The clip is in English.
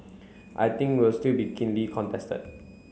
I think will still be keenly contested